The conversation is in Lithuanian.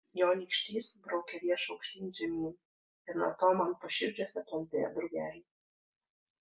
jo nykštys braukė riešu aukštyn žemyn ir nuo to man paširdžiuose plazdėjo drugeliai